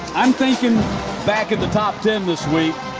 i'm thinking back in the top ten this week.